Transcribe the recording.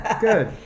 Good